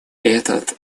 этот